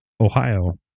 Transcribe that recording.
Ohio